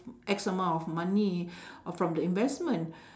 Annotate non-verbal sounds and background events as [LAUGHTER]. X amount of money [BREATH] uh from the investment [BREATH]